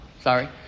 sorry